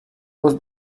was